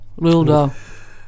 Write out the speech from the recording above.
Lilda